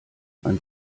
man